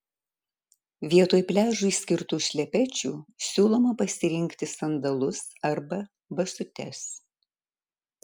vietoj pliažui skirtų šlepečių siūloma pasirinkti sandalus arba basutes